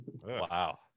wow